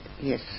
yes